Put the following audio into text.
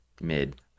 Mid